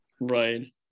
Right